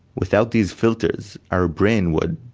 without these filters our brain would,